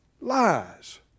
Lies